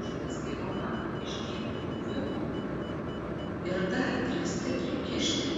užmezgei romaną iš dyko buvimo ir dar drįsti prikišti